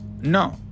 No